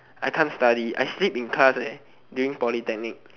I can't study I sleep in class eh during polytechnic